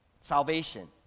Salvation